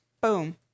boom